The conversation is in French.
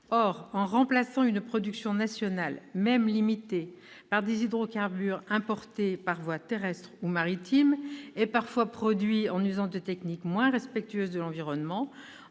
Or, en remplaçant une production nationale, même limitée, par des hydrocarbures importés par voie terrestre ou maritime et parfois produits en usant de techniques moins respectueuses de l'environnement,